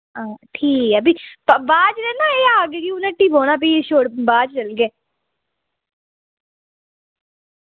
हां ठीक ऐ फ्ही बाद च नी ना एह् आखगे कि हू'न हट्टी बौह्ना फ्ही छोड़ बाद च चलगे